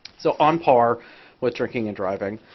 so on par with drinking and driving.